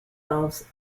elves